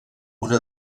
una